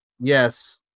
Yes